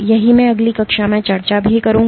यही मैं अगली कक्षा में चर्चा करूँगा